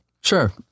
Sure